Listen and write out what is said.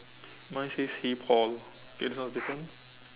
mine says hey Paul okay this one is different